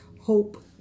hope